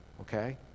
okay